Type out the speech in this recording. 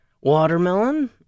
watermelon